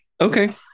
Okay